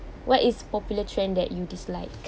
what is popular trend that you dislike